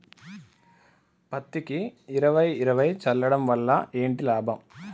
పత్తికి ఇరవై ఇరవై చల్లడం వల్ల ఏంటి లాభం?